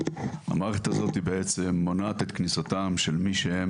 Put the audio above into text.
המערכת הזאת מונעת את כניסתם של מי שהם